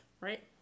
right